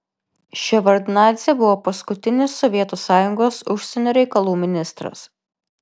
ševardnadzė buvo paskutinis sovietų sąjungos užsienio reikalų ministras